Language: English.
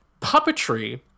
puppetry